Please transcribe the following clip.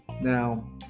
now